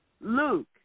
Luke